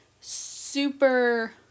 super